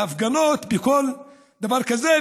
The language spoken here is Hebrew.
בהפגנות וכל דבר כזה,